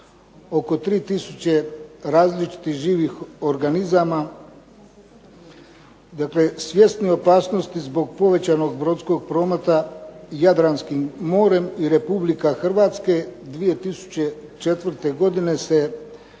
oko 3 tisuće različitih živih organizama. Dakle, svjesni opasnosti zbog povećanog brodskog prometa Jadranskim moram i Republika Hrvatska se 2004. godine se